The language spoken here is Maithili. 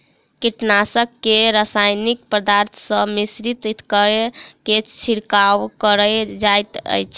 कीटनाशक के रासायनिक पदार्थ सॅ मिश्रित कय के छिड़काव कयल जाइत अछि